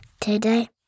today